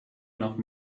enough